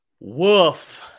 Woof